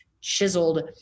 chiseled